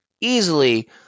Easily